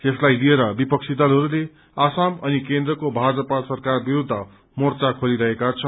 यसलाई लिएर विपक्षी दलहरूले आसाम अनि केन्द्रको भाजपा सरकार विरूद्ध मोर्चा खोलिरहेका छन्